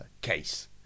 case